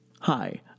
hi